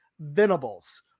Venables